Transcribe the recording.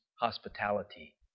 Hospitality